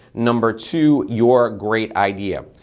number two, your great idea.